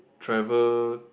travel